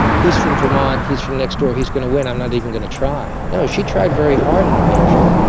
he's from vermont, he's from next door, he's going to win, i'm not even going to try. no, she tried very hard in new hampshire.